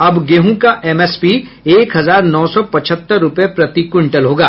अब गेहूं का एमएसपी एक हजार नौ सौ पचहत्तर रुपये प्रति क्विंटल होगा